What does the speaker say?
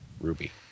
Ruby